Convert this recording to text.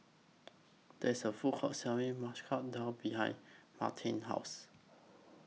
There IS A Food Court Selling Masoor Dal behind Martine's House